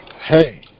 hey